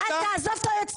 תעזוב את היועצת המשפטית.